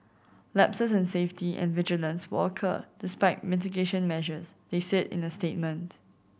lapses in safety and vigilance will occur despite mitigation measures they said in a statement